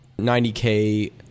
90K